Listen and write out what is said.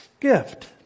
gift